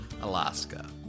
Alaska